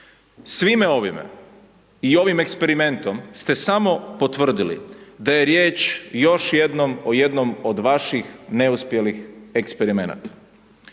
Svime ovime i ovim eksperimentom ste samo potvrdili da je riječ još jednom o jednom od vaših neuspjelih eksperimenata.